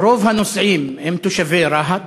רוב הנוסעים הם תושבי רהט,